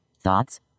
Thoughts